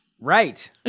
Right